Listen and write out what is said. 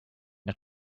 not